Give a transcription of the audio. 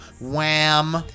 Wham